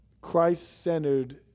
Christ-centered